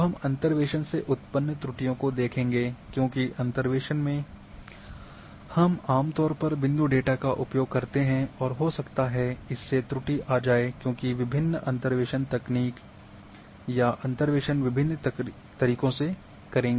अब हम अंतर्वेशन से उत्पन्न त्रुटियों को देखेंगे क्योंकि अंतर्वेशन में हम आम तौर पर बिंदु डेटा का उपयोग करते हैं और हो सकता है इससे त्रुटि आ जाए क्योंकि विभिन्न अंतर्वेशन तकनीक यह अंतर्वेशन विभिन्न तरीकों से करें